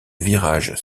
virages